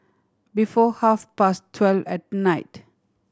before half past twelve at night